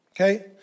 okay